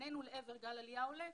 כשפנינו לעבר גל עלייה עולה,